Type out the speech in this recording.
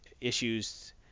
issues